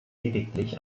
lediglich